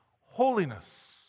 Holiness